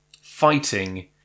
fighting